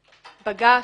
בג"ץ,